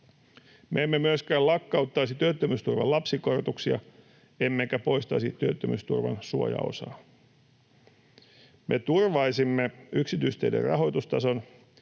emme myöskään lakkauttaisi työttömyysturvan lapsikorotuksia emmekä poistaisi työttömyysturvan suojaosaa. Me turvaisimme yksityisteiden rahoitustason.